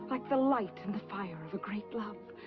like the light and the fire of a great love,